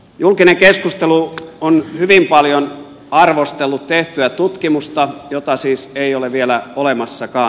julkinen keskustelu on hyvin paljon arvostellut tehtyä tutkimusta jota siis ei ole vielä olemassakaan